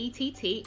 ETT